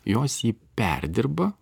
jos jį perdirba